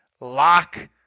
Lock